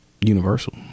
universal